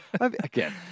Again